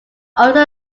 also